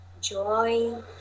joy